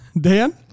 Dan